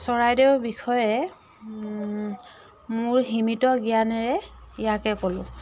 চৰাইদেউৰ বিষয়ে মোৰ সীমিত জ্ঞানেৰে ইয়াকে ক'লোঁ